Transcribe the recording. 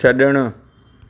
छड॒णु